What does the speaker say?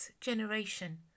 generation